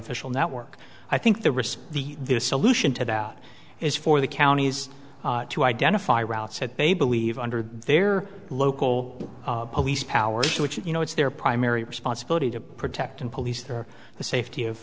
official network i think the response the the solution to that is for the counties to identify route said they believe under their local police powers which you know it's their primary responsibility to protect and police for the safety of